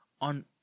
on